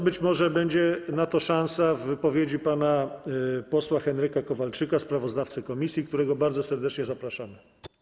Być może będzie na to szansa w wypowiedzi pana posła Henryka Kowalczyka, sprawozdawcy komisji, którego bardzo serdecznie zapraszam.